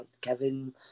Kevin